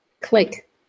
Click